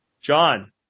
John